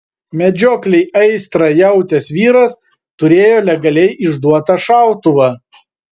medžioklei aistrą jautęs vyras turėjo legaliai išduotą šautuvą